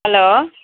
hello